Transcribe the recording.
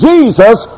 Jesus